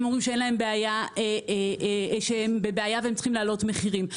אומרים שהם בבעיה והם צריכים להעלות מחירים.